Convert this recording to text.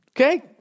Okay